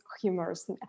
humorous